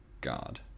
God